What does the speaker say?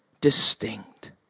distinct